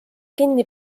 kinni